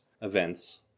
events